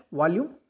volume